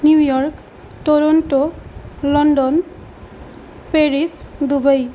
New York Toronto London Paris Dubai